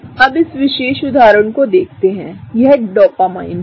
अब हम इस विशेष उदाहरण को देखते हैं यह डोपामाइन है